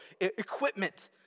equipment